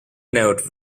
note